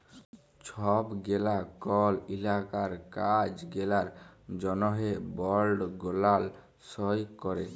ছব গেলা কল ইলাকার কাজ গেলার জ্যনহে বল্ড গুলান সই ক্যরে